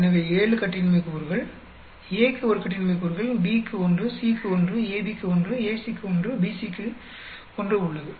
எனவே 7 கட்டின்மை கூறுகள் A க்கு 1 கட்டின்மை கூறுகள் B க்கு 1 C க்கு 1 AB க்கு 1 AC க்கு 1 BC க்கு 1 உள்ளது